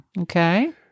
Okay